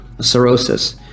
cirrhosis